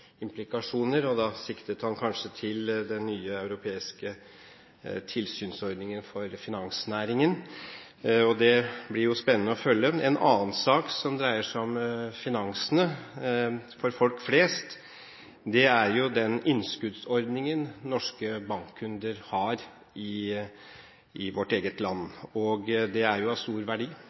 implikasjoner, og da siktet han kanskje til den nye europeiske tilsynsordningen for finansnæringen. Det blir spennende å følge med på. En annen sak som dreier seg om finansene for folk flest, er den innskuddsordningen norske bankkunder har i vårt eget land. Det er av stor verdi